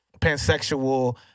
pansexual